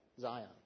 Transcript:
Zion